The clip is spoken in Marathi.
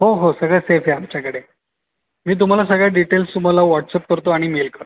हो हो सगळं सेफ आहे आमच्याकडे मी तुम्हाला सगळ्या डिटेल्स तुम्हाला व्हॉट्सअफ करतो आणि मेल कर